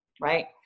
right